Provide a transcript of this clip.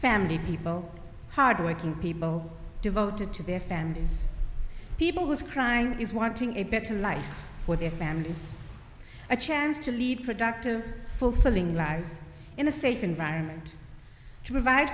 family people hardworking people devoted to their families people whose crime is wanting a better life for their families a chance to lead productive fulfilling lives in a safe environment to provide